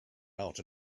out